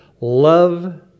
love